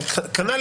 כנ"ל